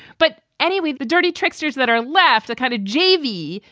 but anyway, the dirty tricksters that are left to kind of g v.